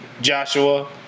Joshua